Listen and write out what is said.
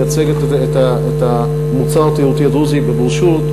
נייצג את המוצר התיירותי הדרוזי בברושורות,